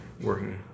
working